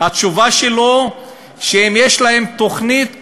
התשובה שלו הייתה שיש להם תוכנית גרנדיוזית,